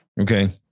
Okay